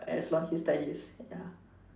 as long he studies ya